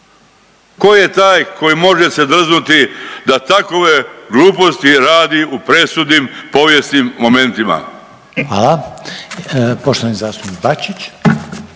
Ko je taj koji se može se drznuti da takove gluposti radi u presudnim povijesnim momentima? **Reiner, Željko (HDZ)** Hvala. Poštovani zastupnik Bačić.